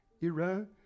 Iran